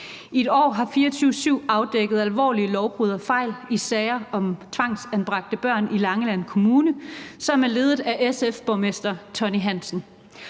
I et år har 24syv afdækket alvorlige lovbrud og fejl i sager om tvangsanbragte børn i Langeland Kommune, som er ledet af SF's borgmester, Tonni Hansen.